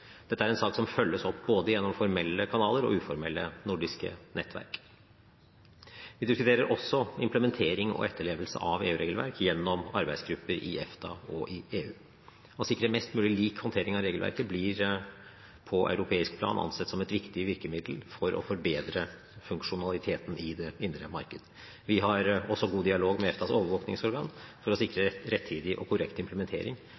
Dette er en sak som følges opp både gjennom formelle kanaler og uformelle nordiske nettverk. Vi diskuterer også implementering og etterlevelse av EU-regelverk gjennom arbeidsgrupper i EFTA og i EU. Å sikre mest mulig lik håndtering av regelverket blir på europeisk plan ansett som et viktig virkemiddel for å forbedre funksjonaliteten i det indre marked. Vi har også en god dialog med EFTAs overvåkingsorgan for å sikre rettidig og korrekt implementering